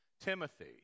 Timothy